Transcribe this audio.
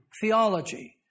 theology